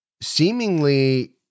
seemingly